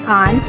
on